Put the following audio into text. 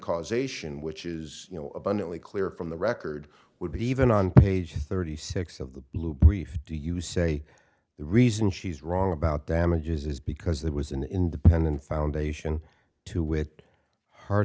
causation which is you know abundantly clear from the record would be even on page thirty six of the blue brief do you say the reason she's wrong about damages is because there was an independent foundation to wit her